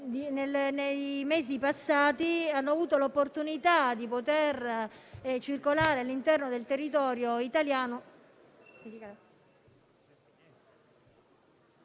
nei mesi passati hanno avuto l'opportunità di circolare liberamente all'interno del territorio italiano.